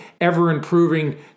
ever-improving